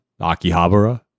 Akihabara